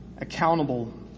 accountable